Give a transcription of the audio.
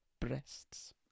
breasts